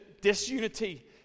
disunity